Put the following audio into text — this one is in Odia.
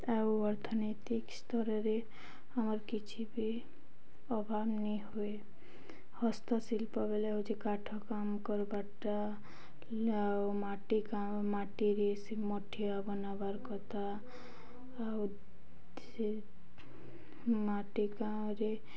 ଆଉ ଅର୍ଥନୈତିକ ସ୍ତରରେ ଆମର କିଛି ବି ଅଭାବ ନି ହୁଏ ହସ୍ତଶିଳ୍ପ ବଲେ ହେଉଛି କାଠ କାମ କର୍ବାର୍ ଟା ଆଉ ମାଟି କ ମାଟିରେ ସେ ମଠିଆ ବନାବାର୍ କଥା ଆଉ ମାଟି କାଁରେ